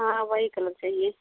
हाँ वही कलर चाहिए